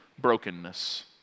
brokenness